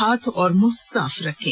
हाथ और मुंह साफ रखें